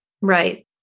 Right